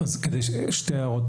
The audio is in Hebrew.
שתי הערות.